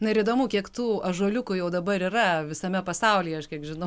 na ir įdomu kiek tų ąžuoliukų jau dabar yra visame pasaulyje aš kiek žinau